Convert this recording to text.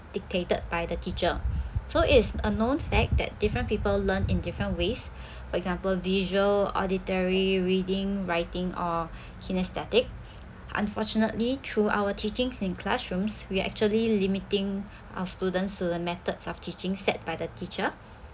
dictated by the teacher so it's a known fact that different people learn in different ways for example visual auditory reading writing or kinaesthetic unfortunately through our teachings in classrooms we are actually limiting our students to the methods of teaching set by the teacher